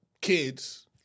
kids